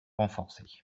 renforcés